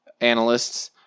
analysts